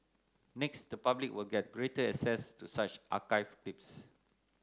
next the public will get greater access to such archived clips